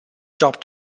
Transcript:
job